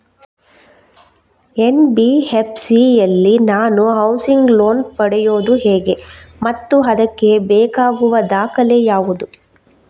NBFC ಯಲ್ಲಿ ನಾನು housing loan ಪಡೆಯುದು ಹೇಗೆ ಮತ್ತು ಅದಕ್ಕೆ ಬೇಕಾಗುವ ದಾಖಲೆ ಯಾವುದು?